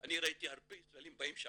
אני ראיתי הרבה ישראלים באים לשם.